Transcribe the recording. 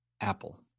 Apple